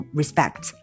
respect